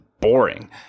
boring